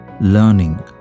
learning